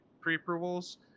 pre-approvals